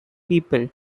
people